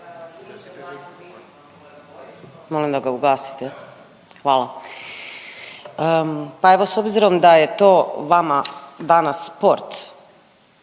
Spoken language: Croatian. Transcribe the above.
molim da ga ugasite. Hvala. Pa evo, s obzirom da je to vama danas sport,